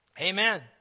Amen